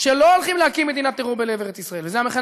שלא הולכים להקים מדינת טרור בלב ארץ-ישראל,